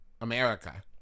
America